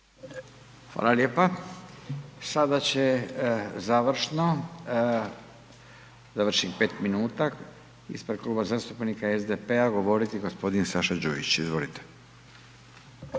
Fala lijepa, sada će završno, završim 5 minuta ispred Kluba zastupnika SDP-a govoriti g. Saša Đujić, izvolite.